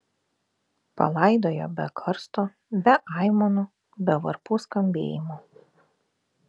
palaidojo be karsto be aimanų be varpų skambėjimo